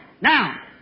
Now